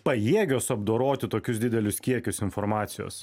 pajėgios apdoroti tokius didelius kiekius informacijos